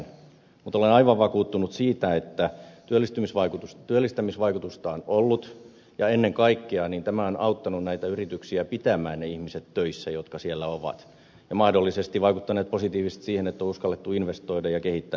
mutta olen aivan vakuuttunut siitä että työllistymisvaikutusta on ollut ja ennen kaikkea tämä on auttanut näitä yrityksiä pitämään ne ihmiset töissä jotka siellä ovat ja mahdollisesti vaikuttanut positiivisesti siihen että on uskallettu investoida ja kehittää yritystä eteenpäin